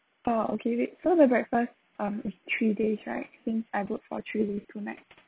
orh okay wait so the breakfast um is three days right since I booked for three days two nights